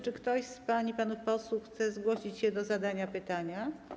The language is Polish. Czy ktoś z pań i panów posłów chce zgłosić się do zadania pytania?